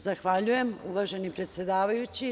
Zahvaljujem, uvaženi predsedavajući.